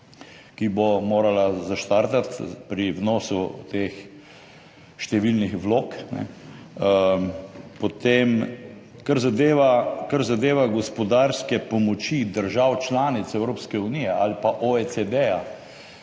ki bo morala štartati z vnosom teh številnih vlog. Potem kar zadeva gospodarske pomoči držav članic Evropske unije ali pa OECD,